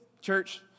church